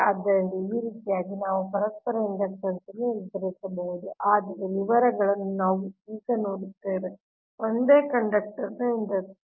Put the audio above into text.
ಆದ್ದರಿಂದ ಈ ರೀತಿಯಾಗಿ ನಾವು ಪರಸ್ಪರ ಇಂಡಕ್ಟನ್ಸ್ ಅನ್ನು ನಿರ್ಧರಿಸಬಹುದು ಆದರೆ ವಿವರಗಳನ್ನು ನಾವು ಈಗ ನೋಡುತ್ತೇವೆ ಒಂದೇ ಕಂಡಕ್ಟರ್ನ ಇಂಡಕ್ಟನ್ಸ್